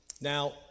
Now